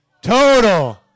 Total